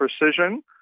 precision